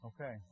Okay